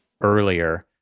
earlier